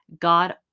God